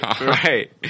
right